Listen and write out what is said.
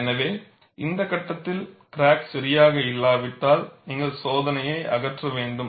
எனவே இந்த கட்டத்தில் கிராக் சரியாக இல்லாவிட்டால் நீங்கள் சோதனையை அகற்ற வேண்டும்